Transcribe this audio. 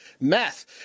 meth